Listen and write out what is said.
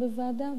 ועדת חינוך.